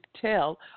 tell